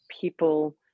people